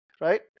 Right